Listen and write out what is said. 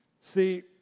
See